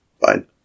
Fine